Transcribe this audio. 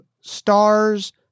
stars